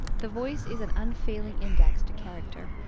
the voice is an unfailing index to character,